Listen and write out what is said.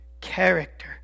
Character